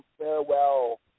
farewell